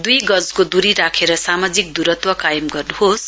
दुई गजको दूरी राखेर सामाजिक दूरत्व कायम गर्नुहोस